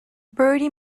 bertie